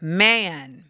man